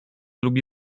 lubi